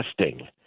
testing